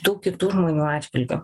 tų kitų žmonių atžvilgiu